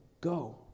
Go